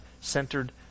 centered